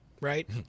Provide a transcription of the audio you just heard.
Right